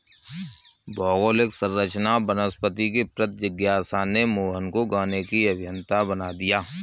भौगोलिक संरचना और वनस्पति के प्रति जिज्ञासा ने मोहन को गाने की अभियंता बना दिया